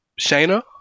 Shayna